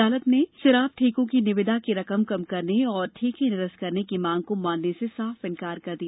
अदालत ने शराब ठेकों की निविदा की रकम कम करने और ठेके निरस्त करने की मांग को मानने से साफ इंकार कर दिया